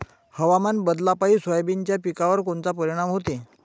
हवामान बदलापायी सोयाबीनच्या पिकावर कोनचा परिणाम होते?